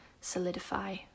solidify